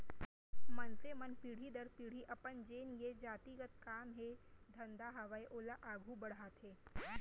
मनसे मन पीढ़ी दर पीढ़ी अपन जेन ये जाति गत काम हे धंधा हावय ओला आघू बड़हाथे